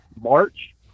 March